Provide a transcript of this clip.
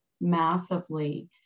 massively